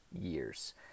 years